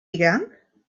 began